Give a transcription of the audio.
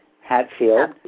Hatfield